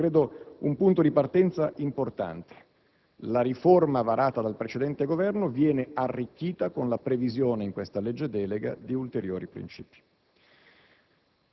perché esso è un punto di partenza importante. La riforma varata dal precedente Governo viene arricchita con la previsione, in questo disegno di legge di delega, di ulteriori princìpi.